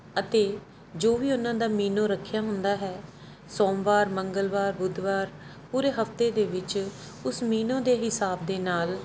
ਅਤੇ ਜੋ ਵੀ ਉਹਨਾਂ ਦਾ ਮੀਨੂ ਰੱਖਿਆ ਹੁੰਦਾ ਹੈ ਸੋਮਵਾਰ ਮੰਗਲਵਾਰ ਬੁੱਧਵਾਰ ਪੂਰੇ ਹਫਤੇ ਦੇ ਵਿੱਚ ਉਸ ਮੀਨੋ ਦੇ ਹਿਸਾਬ ਦੇ ਨਾਲ